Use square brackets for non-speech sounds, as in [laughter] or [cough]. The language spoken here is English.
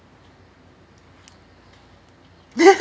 [laughs]